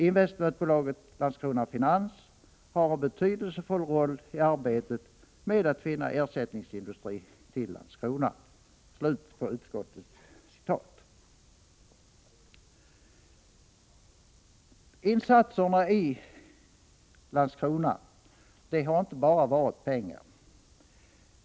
Investeringsbolaget — Landskrona Finans — har en betydelsefull roll i arbetet med att finna ersättningsindustri till Landskrona.” Insatserna i Landskrona har inte bara varit pengar.